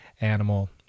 animal